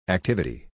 Activity